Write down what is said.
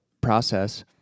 process